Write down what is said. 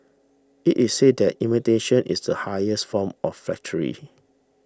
it is said that imitation is the highest form of flattery